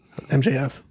MJF